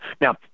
Now